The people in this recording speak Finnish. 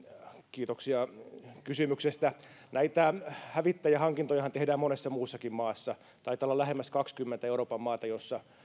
kiitoksia kysymyksestä näitä hävittäjähankintojahan tehdään monessa muussakin maassa taitaa olla lähemmäksi kahdenkymmenen euroopan maata joissa